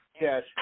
Yes